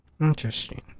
interesting